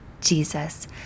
Jesus